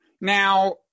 now